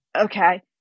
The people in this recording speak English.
Okay